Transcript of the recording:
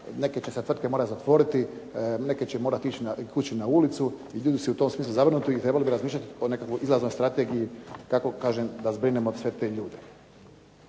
Neke će se tvrtke morat zatvoriti, neke će morati ići kući na ulicu i ljudi su u tom smislu zabrinuti i trebali bi razmišljati o nekakvoj izlaznoj strategiji, kako kažem da zbrinemo sve te ljude.